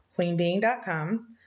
queenbeing.com